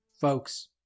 folks